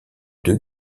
deux